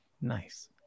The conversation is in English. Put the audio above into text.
Nice